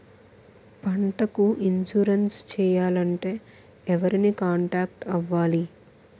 పంటకు ఇన్సురెన్స్ చేయాలంటే ఎవరిని కాంటాక్ట్ అవ్వాలి?